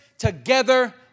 Together